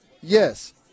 Yes